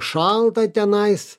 šalta tenais